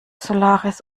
solaris